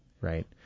Right